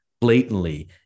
blatantly